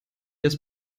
das